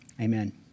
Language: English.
amen